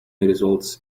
results